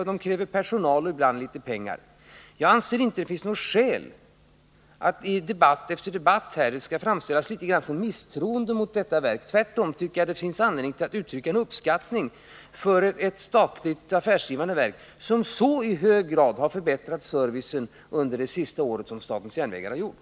Lösningarna kräver personal och ibland litet pengar. Jag anser inte att det finns något skäl att i debatt efter debatt framställa förhållandena på ett sådant sätt att det verkar som om man hyser misstroende mot SJ. Tvärtom tycker jag att det finns anledning att uttrycka uppskattning för detta statliga affärsdrivande verk som i så hög grad förbättrat servicen under det senaste året.